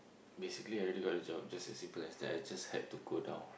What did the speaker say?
basically I already got the job just as simple as that I just had to go down